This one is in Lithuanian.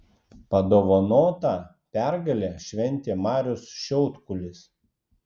padovanotą pergalę šventė marius šiaudkulis